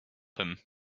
him